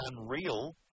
unreal